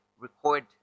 record